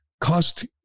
cost